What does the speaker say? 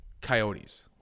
coyotes